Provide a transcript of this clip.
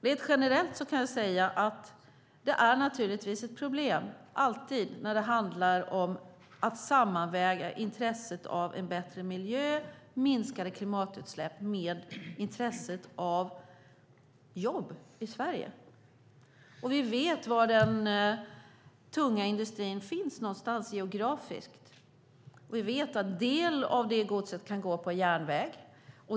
Rent generellt kan jag säga att det alltid är ett problem när det handlar om att sammanväga intresset av en bättre miljö och minskade klimatutsläpp med intresset av jobb i Sverige. Vi vet var den tunga industrin finns någonstans geografiskt, och vi vet att en del av detta gods kan gå på järnväg.